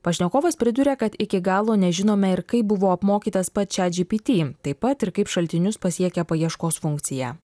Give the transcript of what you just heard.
pašnekovas priduria kad iki galo nežinome ir kaip buvo apmokytas pats chatgpt taip pat ir kaip šaltinius pasiekia paieškos funkcija